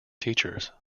teachers